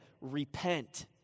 Repent